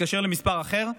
תתקשר למספר אחר,